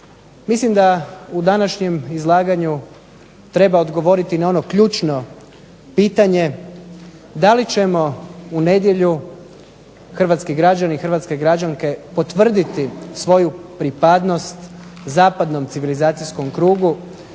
Mislim da u današnjem izlaganju treba odgovoriti na pitanje da li ćemo u nedjelju Hrvatski građani, građanke potvrditi svoju pripadnost zapadnom civilizacijskom krugu,